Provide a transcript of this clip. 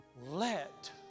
let